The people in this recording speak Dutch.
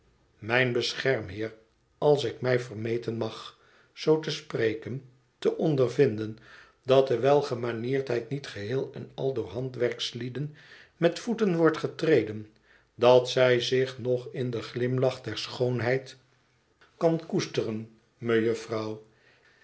mijn beschermheer als ik mij vermeten mag zoo te spreken te ondervinden dat de welgemanierdheid niet geheel en al door handwerkslieden met voeten wordt getreden dat zij zich nog in den glimlach der schoonheid kan koesteren